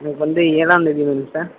வந்து ஏழாம்தேதி வேணும் சார்